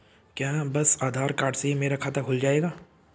क्या बस आधार कार्ड से ही मेरा खाता खुल जाएगा?